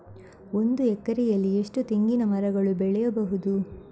ಒಂದು ಎಕರೆಯಲ್ಲಿ ಎಷ್ಟು ತೆಂಗಿನಮರಗಳು ಬೆಳೆಯಬಹುದು?